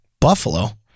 Buffalo